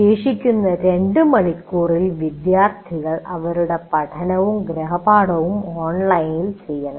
ശേഷിക്കുന്ന രണ്ട് മണിക്കൂറുകളിൽ വിദ്യാർത്ഥികൾ അവരുടെ പഠനവും ഗൃഹപാഠവും ഓൺലൈനിൽ ചെയ്യണം